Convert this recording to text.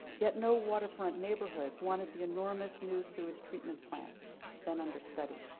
yet no waterfront neighborhood wanted the enormous new sewage treatment plant then under study.